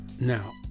now